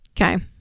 okay